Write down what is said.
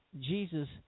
jesus